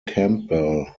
campbell